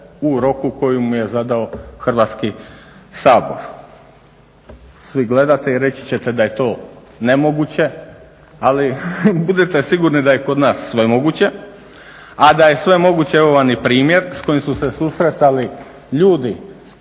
u roku koji mu je zadao Hrvatski sabor. Svi gledate i reći ćete da je to nemoguće, ali budite sigurni da je kod nas sve moguće, a da je sve moguće evo vam i primjer s kojim su se susretali ljudi, mali